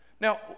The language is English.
Now